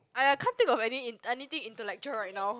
!aiya! can't think of any in~ anything intellectual right now